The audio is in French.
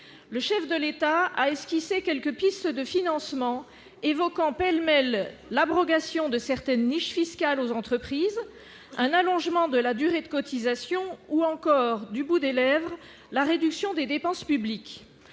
le chef de l'État a esquissé quelques pistes de financement, évoquant pêle-mêle l'abrogation de certaines niches fiscales aux entreprises un allongement de la durée de cotisation ou encore du bout des lèvres, la réduction des dépenses publiques,